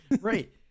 right